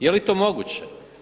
Je li to moguće?